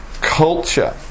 culture